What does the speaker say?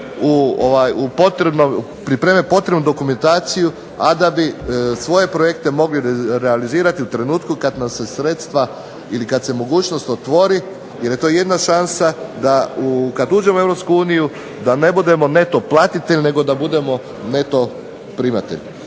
pripreme potrebnu dokumentaciju, a da bi svoje projekte mogli realizirati u trenutku kad nam se sredstva ili kad se mogućnost otvori. Jer je to jedina šansa da kad uđemo u EU da ne budemo neto platitelj nego da budemo neto primatelj.